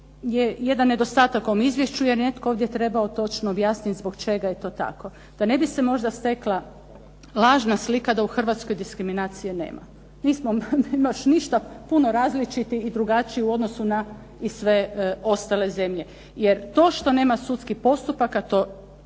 je jedan nedostatak u ovom izvješću, je netko ovdje trebao točno objasniti zbog čega je to tako, da ne bi se možda stekla lažna slika da u Hrvatskoj diskriminacije nema. Nismo mi baš ništa puno različiti i drugačiji u odnosu na i sve ostale zemlje, jer to što nema sudskih postupaka to